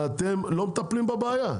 אתם לא מטפלים בבעיה,